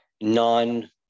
non